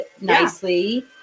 nicely